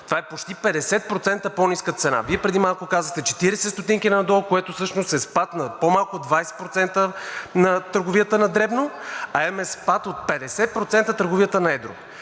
това е почти 50% по-ниска цена. Вие преди малко казахте 0,40 лв. надолу, което всъщност е спад на по-малко от 20% на търговията на дребно, а имаме спад от 50% на търговията на едро.